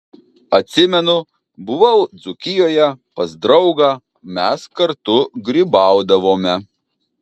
atsimenu buvau dzūkijoje pas draugą mes kartu grybaudavome